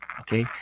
okay